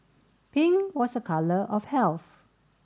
pink was a colour of health